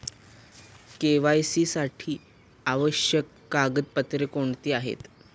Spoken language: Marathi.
के.वाय.सी साठी आवश्यक कागदपत्रे कोणती आहेत?